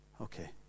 Okay